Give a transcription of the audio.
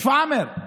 שפאעמר.